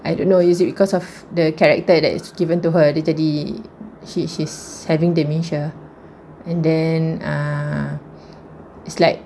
I don't know is it because of the character that is given to her dia jadi she she's having dementia and then ah it's like